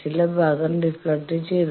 ചില ഭാഗം ഡിഫ്ലക്ട് ചെയ്തു